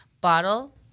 bottle